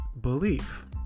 belief